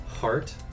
Heart